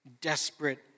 desperate